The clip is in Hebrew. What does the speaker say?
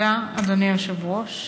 אדוני היושב-ראש,